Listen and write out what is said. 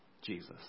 Jesus